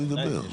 הוא ידבר.